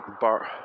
bar